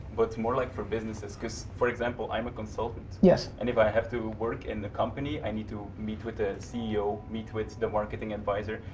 but more like for businesses cause for example, i'm a consultant. yes. and if i have to work in the company, i need to meet with the ceo, meet with the marketing advisor,